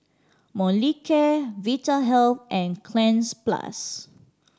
Molicare Vitahealth and Cleanz Plus